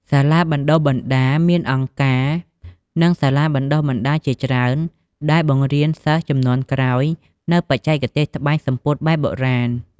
សាលាបណ្ដុះបណ្ដាល មានអង្គការ និងសាលាបណ្ដុះបណ្ដាលជាច្រើនដែលបង្រៀនសិស្សជំនាន់ក្រោយនូវបច្ចេកទេសត្បាញសំពត់បែបបុរាណ។